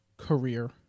career